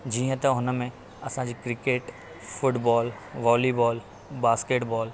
जीअं त हुन में असांजी क्रिकेट फूटबॉल वॉलीबॉल बास्केटबॉल